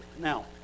now